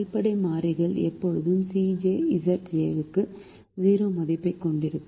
அடிப்படை மாறிகள் எப்போதும் Cj Zj க்கு 0 மதிப்பைக் கொண்டிருக்கும்